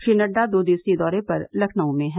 श्री नड्डा दो दिवसीय दौरे पर लखनऊ में हैं